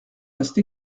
reste